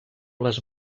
les